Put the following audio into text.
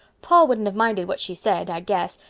paul wouldn't have minded what she said, i guess,